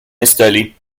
installée